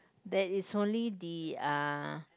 there is only the uh